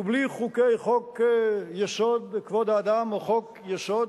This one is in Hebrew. ובלי חוקי, חוק-יסוד: כבוד האדם וחוק-יסוד: